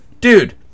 dude